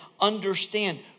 understand